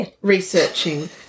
researching